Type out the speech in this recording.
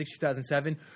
2007